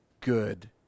good